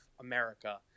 America